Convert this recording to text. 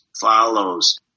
follows